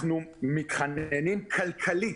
אנחנו מתחננים כלכלית,